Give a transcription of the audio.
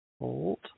hold